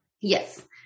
Yes